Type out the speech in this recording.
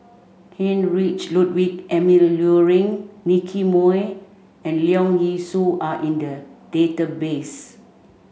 Heinrich Ludwig Emil Luering Nicky Moey and Leong Yee Soo are in the database